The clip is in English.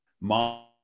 mom